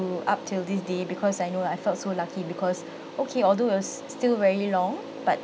to up till this day because I know I felt so lucky because okay although it was still very long but